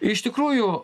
iš tikrųjų